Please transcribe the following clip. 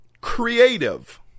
creative